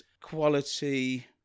Quality